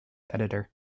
editor